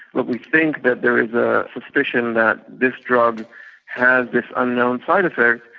look, we think that there is a suspicion that this drug has this unknown side-effect,